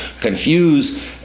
confuse